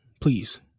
please